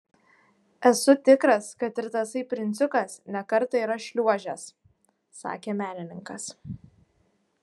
esu tikras kad ir tasai princiukas ne kartą yra šliuožęs sakė menininkas